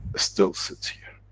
still sits here.